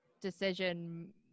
decision